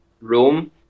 room